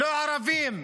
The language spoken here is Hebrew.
לא ערבים,